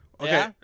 okay